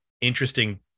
interesting